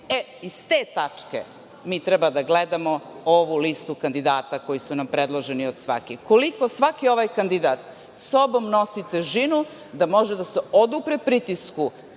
E, iz te tačke mi treba da gledamo ovu listu kandidata koji su nam predloženi. Koliko svaki ovaj kandidat sa sobom nosi težinu da može da se odupre pritisku